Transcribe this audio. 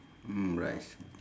mm rice